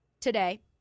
today